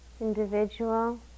individual